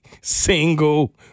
single